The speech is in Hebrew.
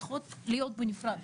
צריכות להיות בנפרד.